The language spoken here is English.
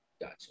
gotcha